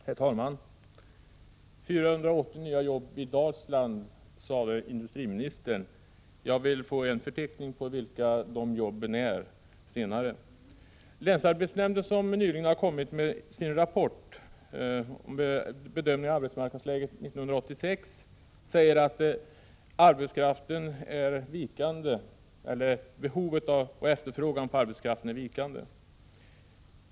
Herr talman! 480 nya jobb i Dalsland, sade industriministern. Jag vill senare få en förteckning över vilka dessa jobb är. Länsarbetsnämnden, som nyligen har avgivit en rapport, säger beträffande arbetsmarknadsläget 1986 att efterfrågan på arbetskraft är vikande.